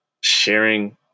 sharing